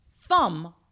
thumb